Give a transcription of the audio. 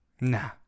Nah